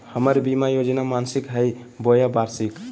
हमर बीमा योजना मासिक हई बोया वार्षिक?